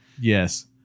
Yes